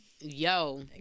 Yo